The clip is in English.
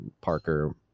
Parker